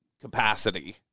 capacity